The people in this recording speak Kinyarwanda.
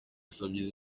yasabye